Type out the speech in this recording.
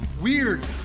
weird